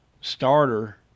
starter